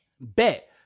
bet